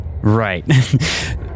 Right